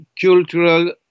cultural